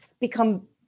become